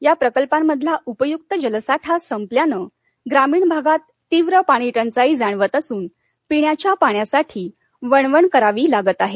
या प्रकल्पांमधला उपयुक्त जलसाठा संपल्यानं ग्रामीण भागात तीव्र पाणीटंचाई जाणवत असुन पिण्याच्या पाण्यासाठी वणवण करावी लागत आहे